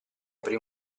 aprì